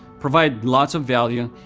provide lots of value,